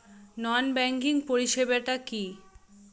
নন banking পরিষেবা টা কি?